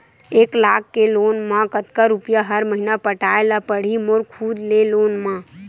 एक लाख के लोन मा कतका रुपिया हर महीना पटाय ला पढ़ही मोर खुद ले लोन मा?